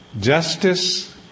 justice